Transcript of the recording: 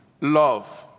love